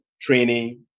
training